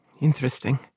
Interesting